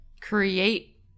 create